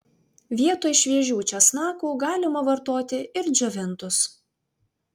vietoj šviežių česnakų galima vartoti ir džiovintus